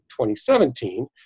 2017